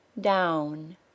DOWN